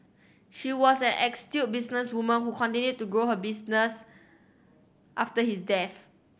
she was an businesswoman who continued to grow her business after his death